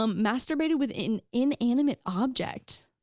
um masturbated with an inanimate object.